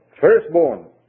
firstborn